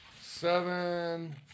Seven